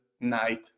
night